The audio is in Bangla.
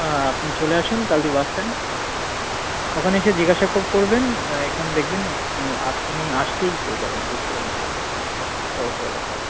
হ্যাঁ আপনি চলে আসুন তালদি বাস স্ট্যান্ড ওখানে এসে জিজ্ঞাসা করবেন এখানে দেখবেন আপনি আসলেই পেয়ে যাবেন দেখতে পাবেন সামনে বড় করে লেখা আছে